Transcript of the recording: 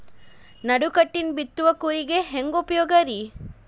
ನಡುಕಟ್ಟಿನ ಬಿತ್ತುವ ಕೂರಿಗೆ ಹೆಂಗ್ ಉಪಯೋಗ ರಿ?